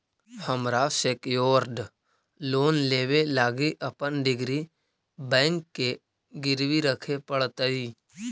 हमरा secured loan लेबे लागी अपन डिग्री बैंक के गिरवी रखे पड़तई